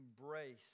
embrace